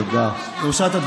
אבל הפעולה החוקית הזאת,